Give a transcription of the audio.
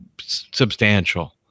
substantial